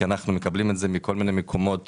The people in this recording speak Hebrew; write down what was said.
כי אנחנו מקבלים את זה מכל מיני מקומות